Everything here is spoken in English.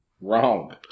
Wrong